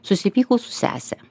susipykau su sese